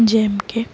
જેમકે